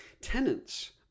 tenants